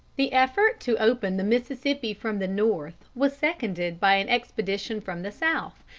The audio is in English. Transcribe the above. the effort to open the mississippi from the north was seconded by an expedition from the south,